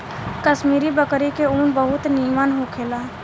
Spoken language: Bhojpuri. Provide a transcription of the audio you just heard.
कश्मीरी बकरी के ऊन बहुत निमन होखेला